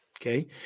okay